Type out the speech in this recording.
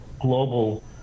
global